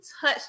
touch